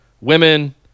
women